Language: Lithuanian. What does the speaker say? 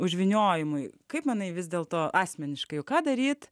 užvyniojimui kaip manai vis dėlto asmeniškai o ką daryt